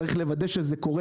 צריך לוודא שזה קורה,